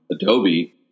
Adobe